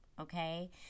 Okay